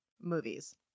movies